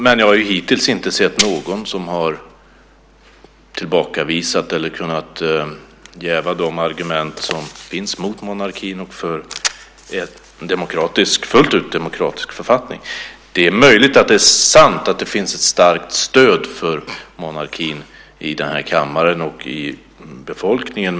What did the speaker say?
Men jag har hittills inte sett någon som har tillbakavisat eller kunnat jäva de argument som finns mot monarkin och för en fullt ut demokratisk författning. Det är möjligt att det är sant att det finns ett starkt stöd för monarkin i den här kammaren och i befolkningen.